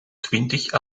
twintig